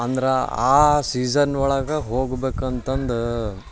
ಅಂದ್ರೆ ಆ ಸೀಝನ್ ಒಳಗೆ ಹೋಗ್ಬೇಕಂತಂದ್ರ್